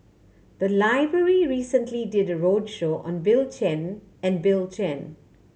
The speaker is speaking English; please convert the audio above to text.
the library recently did a roadshow on Bill Chen and Bill Chen